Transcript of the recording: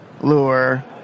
lure